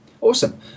Awesome